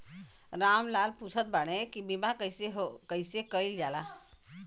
राम लाल पुछत बाड़े की बीमा कैसे कईल जाला?